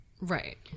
Right